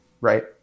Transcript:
Right